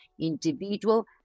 individual